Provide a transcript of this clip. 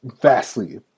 vastly